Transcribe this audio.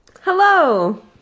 hello